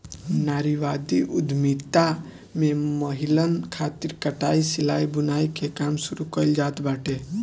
नारीवादी उद्यमिता में महिलन खातिर कटाई, सिलाई, बुनाई के काम शुरू कईल जात बाटे